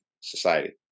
society